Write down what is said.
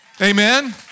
Amen